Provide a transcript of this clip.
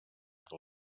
que